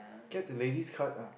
get the ladies Skype ah